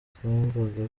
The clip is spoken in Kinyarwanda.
twumvaga